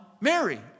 Mary